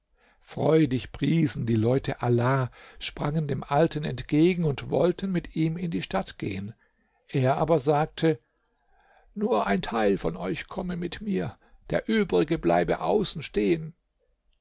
freudig priesen die leute allah sprangen dem alten entgegen und wollten mit ihm in die stadt gehen er aber sagte nur ein teil von euch komme mit mir der übrige bleibe außen stehen